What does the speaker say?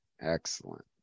excellent